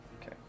Okay